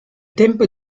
tempo